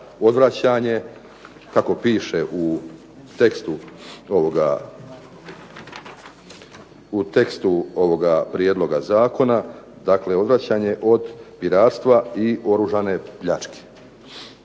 odvraćanje kako piše u tekstu ovoga prijedloga zakona. Dakle, odvraćanje od piratstva i oružane pljačke.